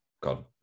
god